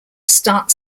start